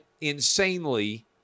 insanely